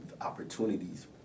opportunities